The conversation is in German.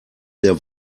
der